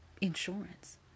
insurance